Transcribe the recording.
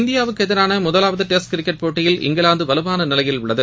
இந்தியாவுக்கு எதிரான முதவாவது டெஸ்ட் கிரிக்கெட் போட்டியில் இங்கிவாந்து வலுவான நிலையில் உள்ளது